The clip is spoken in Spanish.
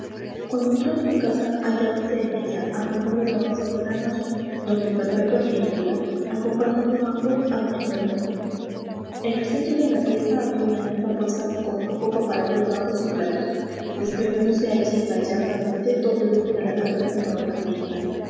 cuando entró en su casa hallábanse en ella a pesar de lo avanzado de la noche doña perpetua y el cura acompañando ambos a doña fermina en el centro de la pieza había una mesa puesta con no poco aparato de vasos y platos desplegándose allí gallardamente todo el lujo de la casa como para una fiesta